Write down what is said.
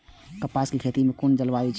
कपास के खेती में कुन जलवायु चाही?